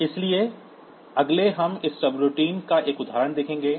इसलिए अगले हम इस सबरूटीन का एक उदाहरण देखेंगे